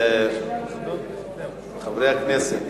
חברי הכנסת,